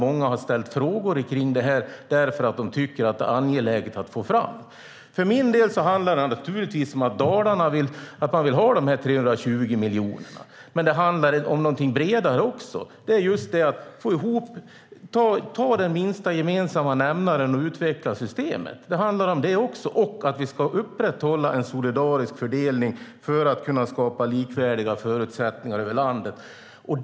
Många har ställt frågor om detta eftersom de tycker att det är angeläget. För min del handlar det naturligtvis om att Dalarna vill ha dessa 320 miljoner. Men det handlar också om något bredare, nämligen att utgå från den minsta gemensamma nämnaren och utveckla systemet. Det handlar också om att vi ska upprätthålla en solidarisk fördelning för att skapa likvärdiga förutsättningar över landet.